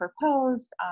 proposed